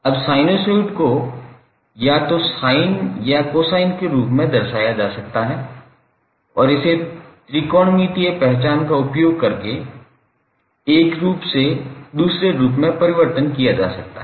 अब साइनसॉइड को या तो साइन या कोसाइन रूप में दर्शाया जा सकता है और इसे त्रिकोणमितीय पहचान का उपयोग करके एक रूप से दूसरे रूप में परिवर्तित किया जा सकता है